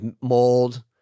mold